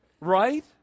Right